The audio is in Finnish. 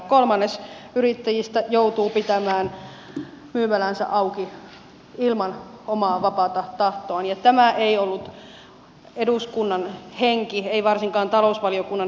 kolmannes yrittäjistä joutuu pitämään myymälänsä auki ilman omaa vapaata tahtoaan ja tämä ei ollut eduskunnan henki ei varsinkaan talousvaliokunnan henki